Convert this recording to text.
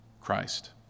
Christ